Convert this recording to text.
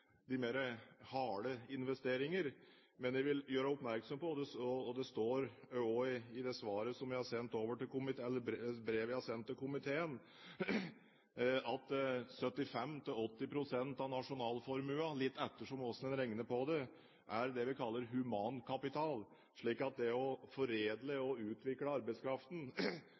de mer harde investeringene. Men jeg vil gjøre oppmerksom på, og det står også i det brevet jeg har sendt til komiteen, at 75–80 pst. av nasjonalformuen, litt ettersom hvordan en regner på det, er det vi kaller humankapital, slik at det å foredle og utvikle arbeidskraften